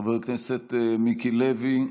חבר הכנסת מיקי לוי,